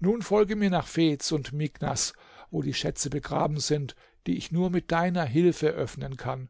nun folge mir nach fez und miknas mequinez wo die schätze begraben sind die ich nur mit deiner hilfe öffnen kann